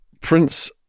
Prince